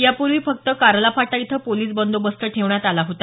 या पूर्वी फक्त कारला फाटा इथंच पोलिस बंदोबस्त ठेवण्यात आला होता